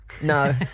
No